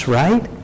right